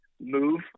move